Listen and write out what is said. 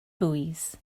buoys